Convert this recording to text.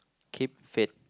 keep fit